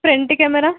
front camera